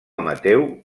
mateu